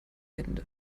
hände